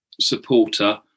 supporter